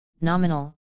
nominal